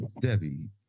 Debbie